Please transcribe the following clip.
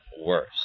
worse